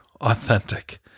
authentic